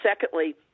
secondly